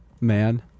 Man